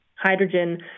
hydrogen